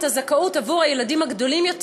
הזכאות להנחה עבור הילדים הגדולים יותר.